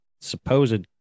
supposed